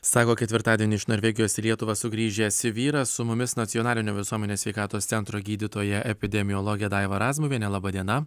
sako ketvirtadienį iš norvegijos į lietuvą sugrįžęs vyras su mumis nacionalinio visuomenės sveikatos centro gydytoja epidemiologė daiva razmuviene laba diena